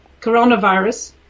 coronavirus